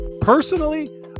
personally